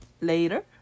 later